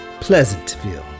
Pleasantville